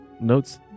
notes